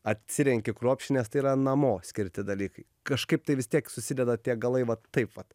atsirenki kruopščiai nes tai yra namo skirti dalykai kažkaip tai vis tiek susideda tie galai vat taip vat